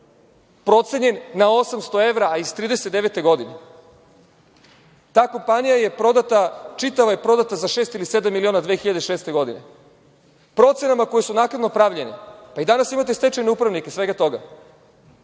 procenjen na 800 evra, a iz 1939. godine. Ta kompanija je prodata, čitava je prodata šest ili sedam miliona 2006. godine. Procenama koje su naknadno pravljene, pa i danas imate stečajne upravnike svega toga.